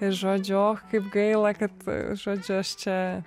žodžiu och kaip gaila kad žodžiu aš čia